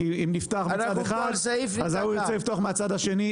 כי אם נפתח מצד אחד אז ההוא ירצה לפתוח מהצד השני.